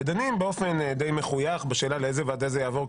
ודנים באופן די מחויך בשאלה לאיזו ועדה זה יעבור,